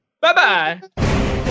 Bye-bye